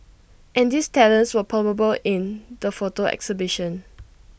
and these talents were palpable in the photo exhibition